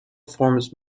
forms